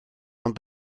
ond